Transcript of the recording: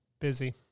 Busy